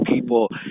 people